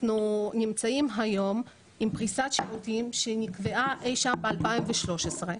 אנחנו נמצאים היום עם פריסת שירותים שנקבעה אי שם ב-2013,